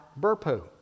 Burpo